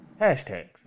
hashtags